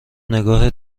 نگاه